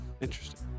Interesting